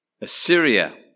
Assyria